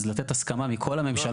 אז לתת הסכמה מכל הממשלה,